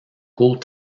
court